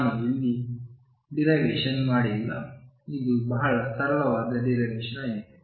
ನಾನು ಇಲ್ಲಿ ಡಿರೈವೇಶನ್ ಮಾಡಿಲ್ಲ ಇದು ಬಹಳ ಸರಳವಾದ ಡಿರೈವೇಶನ್ ಆಗಿದೆ